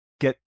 get